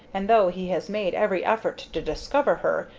and though he has made every effort to discover her,